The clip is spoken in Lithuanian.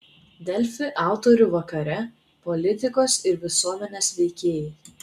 delfi autorių vakare politikos ir visuomenės veikėjai